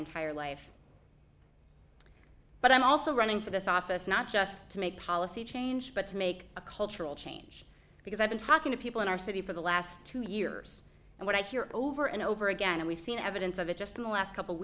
entire life but i'm also running for this office not just to make policy change but to make a cultural change because i've been talking to people in our city for the last two years and what i hear over and over again and we've seen evidence of it just in the last couple